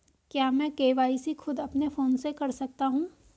क्या मैं के.वाई.सी खुद अपने फोन से कर सकता हूँ?